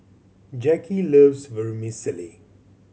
Jacki loves Vermicelli